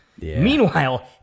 Meanwhile